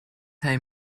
hij